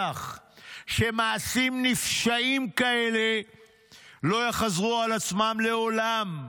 שמעשים נפשעים כאלה לא יחזרו על עצמם לעולם.